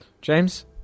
James